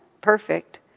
perfect